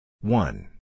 One